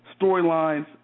storylines